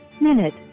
minute